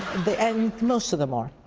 the and most of them are